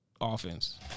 offense